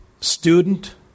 student